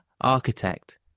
architect